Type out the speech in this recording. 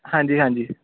ਹਾਂਜੀ ਹਾਂਜੀ